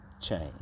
change